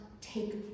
take